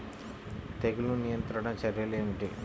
తెగులు నియంత్రణ చర్యలు ఏమిటి?